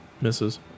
Misses